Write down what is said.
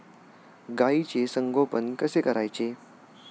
गाईचे संगोपन कसे करायचे?